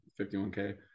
51k